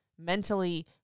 Mentally